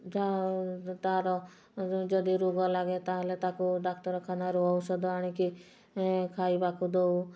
ଯାହା ହେଉ ତାର ଯଦି ରୋଗ ଲାଗେ ତାହାଲେ ତାକୁ ଡାକ୍ତରଖାନାରୁ ଔଷଧ ଆଣିକି ଖାଇବାକୁ ଦେଉ